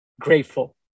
grateful